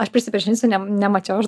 aš prisipažinsiu ne nemačiau aš